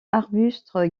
arbuste